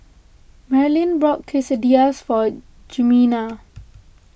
Marlin bought Quesadillas for Jimena